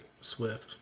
Swift